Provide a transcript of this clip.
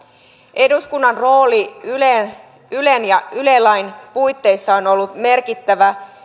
eduskunnan rooli ylen ja yle lain puitteissa on on ollut merkittävä